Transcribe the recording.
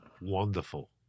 Wonderful